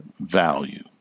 value